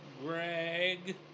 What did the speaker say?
Greg